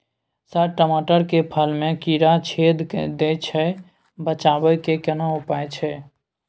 Sir टमाटर के फल में कीरा छेद के दैय छैय बचाबै के केना उपाय छैय?